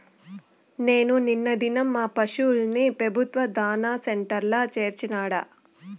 నేను నిన్న దినం మా పశుల్ని పెబుత్వ దాణా సెంటర్ల చేర్చినాడ